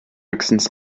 höchstens